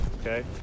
Okay